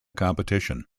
competition